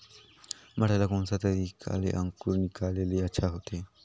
मटर ला कोन सा तरीका ले अंकुर निकाले ले अच्छा होथे?